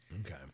Okay